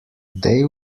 they